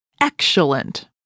Excellent